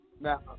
Now